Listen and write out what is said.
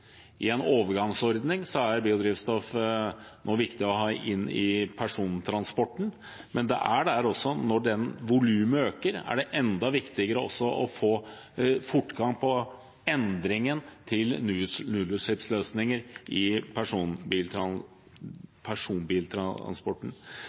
Som en overgangsordning er biodrivstoff viktig å få inn i persontransporten, men når volumet øker, er det enda viktigere å få fortgang på endringen til nullutslippsløsninger i